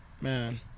Man